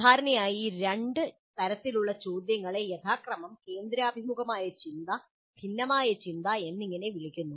സാധാരണയായി ഈ രണ്ട് തരത്തിലുള്ള ചോദ്യങ്ങളെ യഥാക്രമം കേന്ദ്രാഭിമുഖമായ ചിന്ത ഭിന്നമായ ചിന്ത എന്നിങ്ങനെ വിളിക്കുന്നു